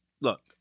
Look